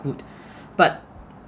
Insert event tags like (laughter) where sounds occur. good (breath) but